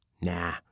Nah